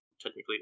technically